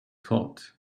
hot